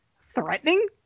threatening